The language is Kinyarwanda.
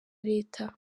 leta